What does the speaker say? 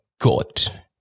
God